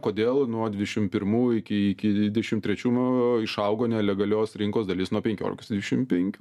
kodėl nuo dvidešim pirmų iki iki dvidešim trečių išaugo nelegalios rinkos dalis nuo penkiolikos iki dvidešim penkių